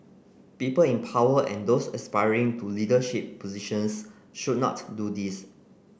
people in power and those aspiring to leadership positions should not do this